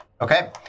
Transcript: Okay